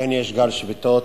אכן יש גל שביתות,